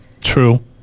True